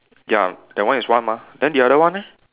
ya that one is one mah then the other one eh